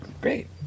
Great